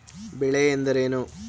ಬೆಳೆ ಎಂದರೇನು?